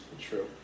True